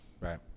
right